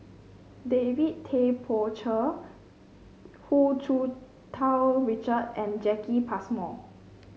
David Tay Poey Cher Hu Tsu Tau Richard and Jacki Passmore